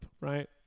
right